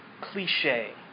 cliche